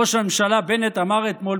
ראש הממשלה בנט אמר אתמול,